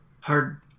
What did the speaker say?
hard